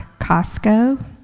Costco